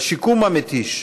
בשיקום המתיש,